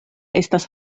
estas